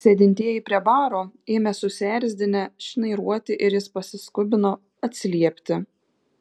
sėdintieji prie baro ėmė susierzinę šnairuoti ir jis pasiskubino atsiliepti